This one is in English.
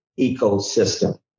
ecosystem